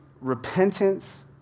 repentance